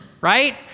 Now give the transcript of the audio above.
right